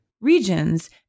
regions